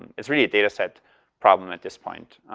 it's really a dataset problem at this point,